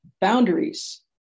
boundaries